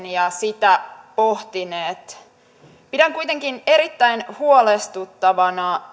ja sitä pohtineet pidän kuitenkin erittäin huolestuttavana